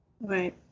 Right